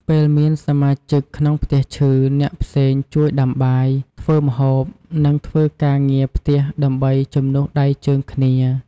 ពេលមានសមាជិកក្នុងផ្ទះឈឺ អ្នកផ្សេងជួយដាំបាយ ធ្វើម្ហូប និងធ្វើការងារផ្ទះ ដើម្បីជំនួសដៃជើងគ្នា។